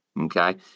Okay